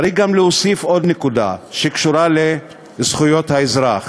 צריך גם להוסיף עוד נקודה, שקשורה לזכויות האזרח,